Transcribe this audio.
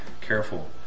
careful